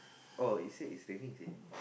oh it say it's raining ah